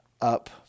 up